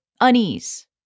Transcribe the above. unease